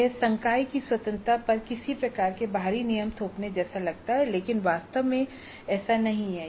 यह संकाय की स्वतंत्रता पर किसी प्रकार के बाहरी नियम थोपने जैसा लगता है लेकिन वास्तव में ऐसा नहीं है